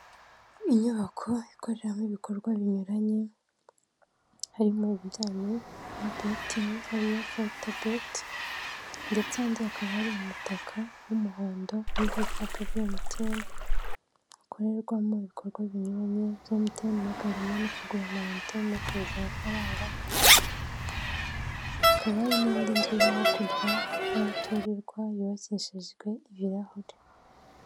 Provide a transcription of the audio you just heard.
Inyubako ikoreramo ibikorwa binyuranye harimo ibijyanye na betingi harimo na forutabeti, ndetse ahandi hakaba ari umutaka w'umuhondo w'ibyapa bya emitiyene akorerwamo ibikorwa binyuranye bya mobiromani, kugura amayinite no kohereza amafaranga, hakaba hari n'indi nzu iri hakurya y'umuturirwa yubakishijwe ibirahuri.